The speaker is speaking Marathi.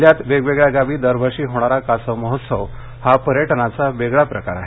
जिल्ह्यात वेगवेगळ्या गावी दरवर्षी होणारा कासव महोत्सव हा पर्यटनाचा वेगळा प्रकार आहे